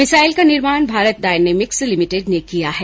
missile का निर्माण Bharat dynamics limited ने किया है